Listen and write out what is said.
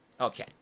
Okay